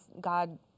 God